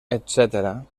etcètera